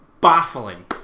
baffling